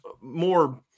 more –